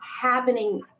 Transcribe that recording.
happening